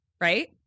right